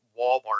Walmart